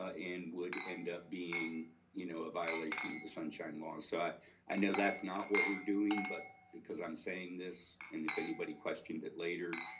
ah and would end up being you know ah violation of the sunshine law. so i know that's not what we're doing but because i'm saying this, and if anybody questioned it later,